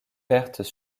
pertes